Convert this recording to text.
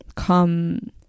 come